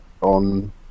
on